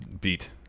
beat